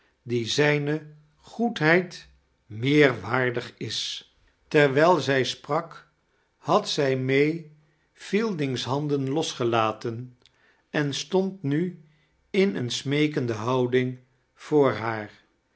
die zijner goedbeid meer waardig is terwijl zij sprak had zij may fielding's handen losgelaten em stond mi in eene smeeketode houding voor haar